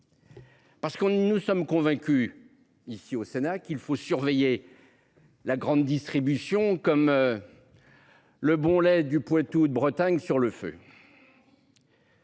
Au Sénat, nous sommes convaincus qu’il faut surveiller la grande distribution comme le bon lait du Poitou ou de Bretagne sur le feu.